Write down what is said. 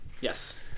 Yes